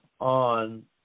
on